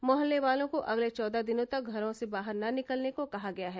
मोहल्ले वालों को अगले चौदह दिनों तक घरों से बाहर न निकलने को कहा गया है